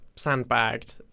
sandbagged